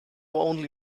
only